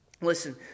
Listen